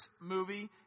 movie